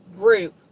group